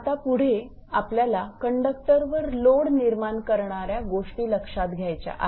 आता पुढे आपल्याला कंडक्टरवर लोड निर्माण करणाऱ्या गोष्टी लक्षात घ्यायच्या आहेत